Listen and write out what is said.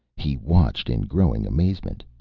he watched in growing amazement.